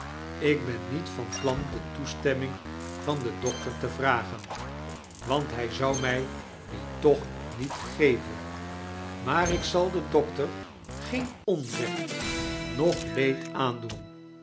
ik ben niet van plan de toestemming van den dokter te vragen want hij zou mij die toch niet geven maar ik zal den dokter geen onrecht noch leed aandoen